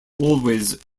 always